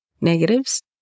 negatives